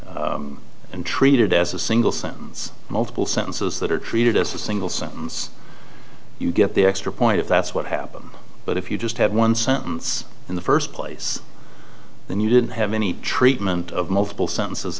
together and treated as a single sentence multiple sentences that are treated as a single sentence you get the extra point if that's what happened but if you just have one sentence in the first place then you didn't have any treatment of multiple sentences